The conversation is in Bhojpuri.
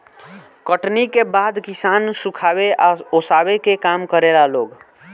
कटनी के बाद किसान सुखावे आ ओसावे के काम करेला लोग